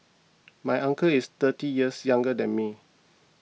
my uncle is thirty years younger than me